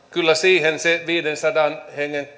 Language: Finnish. kyllä se viidensadan hengen